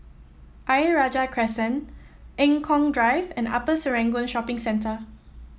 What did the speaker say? Ayer Rajah Crescent Eng Kong Drive and Upper Serangoon Shopping Centre